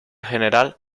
general